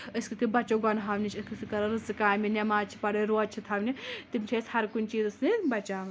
أسۍ کِتھ کٔنۍ بَچو گۄنہو نِش أسۍ کِتھ کٔنۍ کرو رٕژٕ کامہِ نؠماز چھِ پرٕنۍ روزٕ چھِ تھاونہِ تِم چھِ أسۍ ہر کُنہِ چیٖزَس سۭتۍ بَچاوان